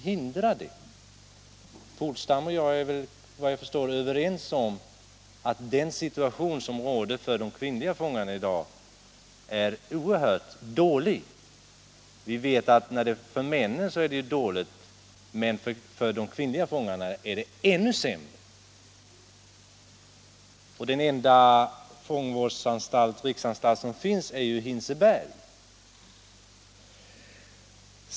Herr Polstam och jag är såvitt jag förstår överens om att de kvinnliga fångarnas situation i dag är oerhört dålig. Vi vet att den är dålig för de manliga fångarna men att den för de kvinnliga är ännu sämre. Den enda riksanstalt som finns för dessa är ju Hinseberg.